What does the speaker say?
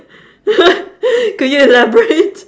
could you elaborate